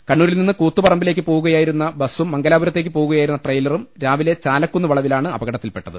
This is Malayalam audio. കണ്ണൂ രിൽ നിന്ന് കൂത്തുപറമ്പിലേക്ക് പോകുകയായിരുന്ന ബസ്സും മംഗ ലാപുരത്തേക്ക് പോകുകയായിരുന്ന ട്രെയിലറും രാവിലെ ചാല ക്കുന്ന് വളവിലാണ് അപകടത്തിൽ പെട്ടത്